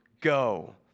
go